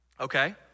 okay